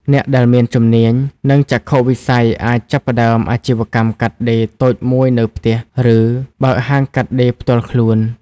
អ្នកដែលមានជំនាញ និងចក្ខុវិស័យអាចចាប់ផ្តើមអាជីវកម្មកាត់ដេរតូចមួយនៅផ្ទះ ឬបើកហាងកាត់ដេរផ្ទាល់ខ្លួន។